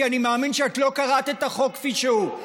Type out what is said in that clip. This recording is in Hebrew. כי אני מאמין שלא קראת את החוק כפי שהוא.